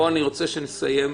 אני רוצה שנסיים.